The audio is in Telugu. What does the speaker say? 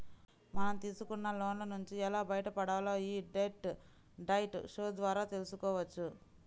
మనం తీసుకున్న లోన్ల నుంచి ఎలా బయటపడాలో యీ డెట్ డైట్ షో ద్వారా తెల్సుకోవచ్చు